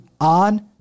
on